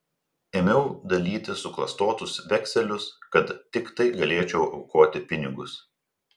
ėmiau dalyti suklastotus vekselius kad tiktai galėčiau aukoti pinigus